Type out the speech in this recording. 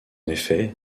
effet